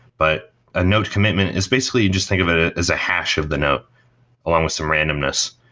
but a note commitment is basically and just think of it it as a hash of the note along with some randomness,